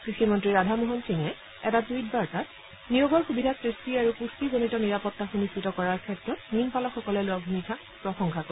কৃষিমন্ত্ৰী ৰাধামোহন সিঙে এটা টুইটবাৰ্তাত নিয়োগৰ সুবিধা সৃষ্টি আৰু পুট্টিজনিত নিৰাপত্তা সুনিশ্চিত কৰাৰ ক্ষেত্ৰত মীনপালকসকলে লোৱা ভূমিকাক প্ৰশংসা কৰে